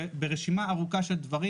ולרשימה ארוכה של דברים.